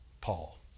Paul